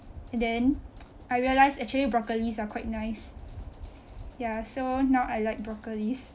and then I realised actually broccolis are quite nice ya so now I like broccolis